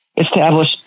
establish